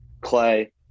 Clay